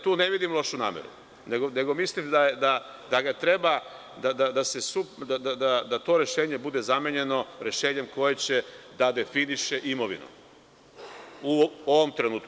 Tu ne vidim lošu nameru, nego mislim da treba da to rešenje bude zamenjeno rešenjem koje će da definiše imovinu u ovom trenutku.